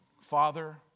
Father